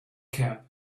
camp